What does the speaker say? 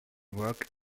work